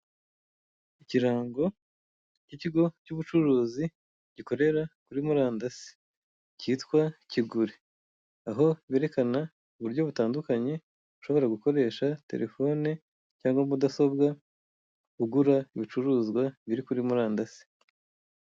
Ikirango cy'ikigo cy'ubucuruzi gikorera kuri murandasi kitwa Kigure. Aho berekana uburyo butandukanye ushobora gukoresha telefone cyangwa mudasobwa ugura ibicuruzwa biri kuri murandasi.